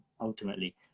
ultimately